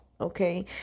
okay